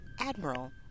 Admiral